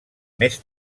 més